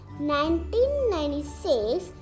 1996